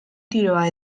tiroa